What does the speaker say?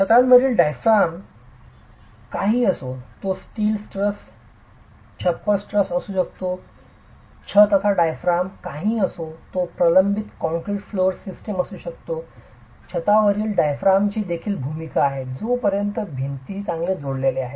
छतावरील डायाफ्राम काहीही असो तो स्टील ट्रस छप्पर असू शकतो छताचा डायाफ्राम काहीही असो तो प्रबलित concrete floor system concrete floor system असू शकतो छतावरील डायाफ्रामची देखील भूमिका आहे जोपर्यंत भिंतींशी चांगले जोडलेले आहे